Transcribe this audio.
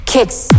Kicks